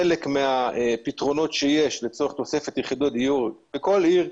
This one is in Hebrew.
חלק מהפתרונות שיש לצורך תוספת יחידות דיור בכל עיר,